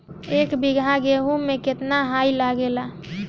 एक बीगहा गेहूं में केतना डाई लागेला?